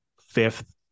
fifth